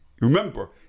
remember